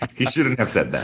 he shouldn't have said that.